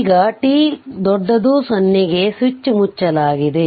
ಈಗ t 0 ಗೆ switch ಮುಚ್ಚಲಾಗಿದೆ